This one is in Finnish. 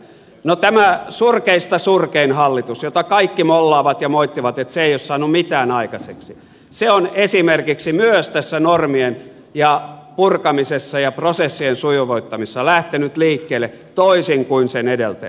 no tämä surkeista surkein hallitus jota kaikki mollaavat ja moittivat että se ei ole saanut mitään aikaiseksi on esimerkiksi myös tässä normien purkamisessa ja prosessien sujuvoittamisessa lähtenyt liikkeelle toisin kuin sen edeltäjä